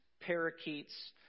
parakeets